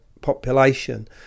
population